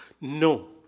No